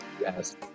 Yes